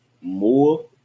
more